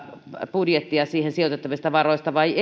budjetissa tähän sijoitettavia varoja vai